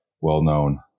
well-known